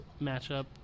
matchup